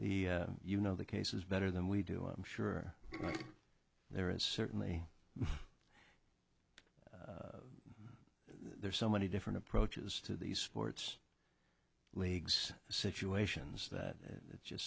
the you know the cases better than we do i'm sure there are uncertainly there's so many different approaches to these sports leagues situations that it just